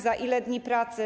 Za ile dni pracy?